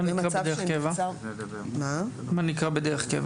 מה נקרא בדרך קבע?